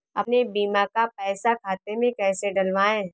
अपने बीमा का पैसा खाते में कैसे डलवाए?